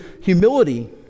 humility